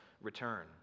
return